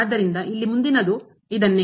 ಆದ್ದರಿಂದ ಇಲ್ಲಿ ಮುಂದಿನದು ಇದನ್ನೇ